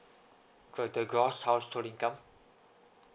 total gross household income